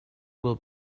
will